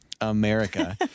America